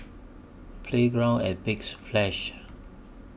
Playground At Big Splash